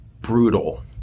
brutal